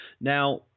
now